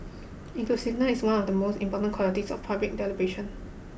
inclusiveness is one of the most important qualities of public deliberation